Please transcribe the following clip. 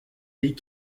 les